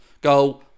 go